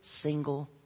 single